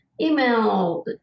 email